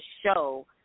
show